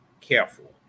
careful